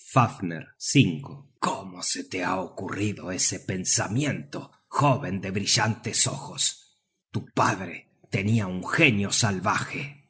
fafner cómo te se ha ocurrido ese pensamiento jóven de brillantes ojos tu padre tenia un genio salvaje